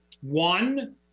One